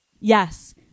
Yes